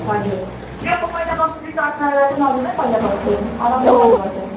हजुर त्यो पहिलाको फ्री चढ् चढेर चाहिँ नजाऊँ है पहिलाको जस्तै आरामले जानु पर्छ